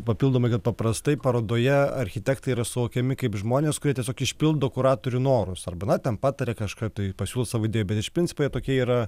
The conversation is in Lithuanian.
papildomai ir paprastai parodoje architektai yra suvokiami kaip žmonės kurie tiesiog išpildo kuratorių norus arba na ten pataria kažką tai pasiūlo savo idėją bet iš principo jie tokie yra